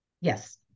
Yes